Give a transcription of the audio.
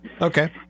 Okay